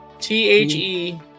T-H-E